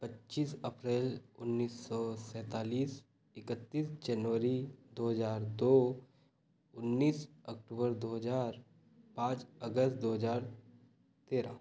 पच्चीस अप्रैल उन्नीस सौ सैंतालीस इकत्तीस जनवरी दो हज़ार दो उन्नीस अक्टूबर दो हज़ार पाँच अगस्त दो हज़ार तेरह